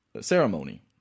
ceremony